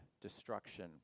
destruction